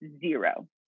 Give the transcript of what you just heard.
zero